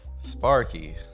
Sparky